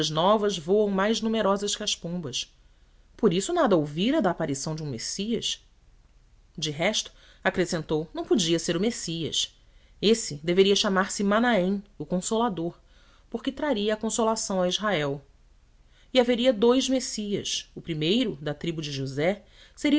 novas voam mais numerosas que as pombas por isso nada ouvira da aparição de um messias de resto acrescentou não podia ser o messias esse deveria chamar-se manahem o consolador porque traria a consolação a israel e haveria dous messias o primeiro da tribo de josé